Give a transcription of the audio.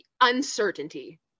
uncertainty